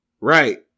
Right